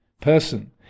person